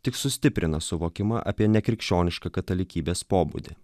tik sustiprina suvokimą apie nekrikščionišką katalikybės pobūdį